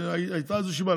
הייתה איזו סיבה,